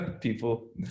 People